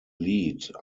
lied